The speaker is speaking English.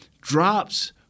drops